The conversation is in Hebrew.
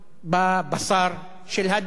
בבשר של הדג,